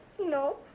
No